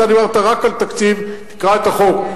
אתה דיברת רק על התקציב, תקרא את החוק.